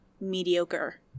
mediocre